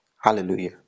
Hallelujah